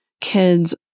kids